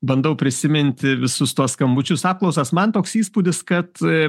bandau prisiminti visus tuos skambučius apklausas man toks įspūdis kad